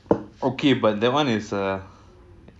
okay but that one is err